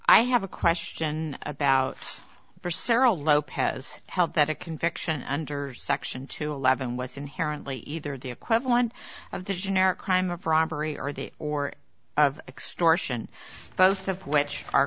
i have a question about for sara lopez held that a conviction under section two eleven was inherently either the equivalent of the generic crime of robbery or the or of extortion both of which are